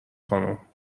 خانم